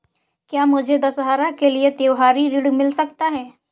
क्या मुझे दशहरा के लिए त्योहारी ऋण मिल सकता है?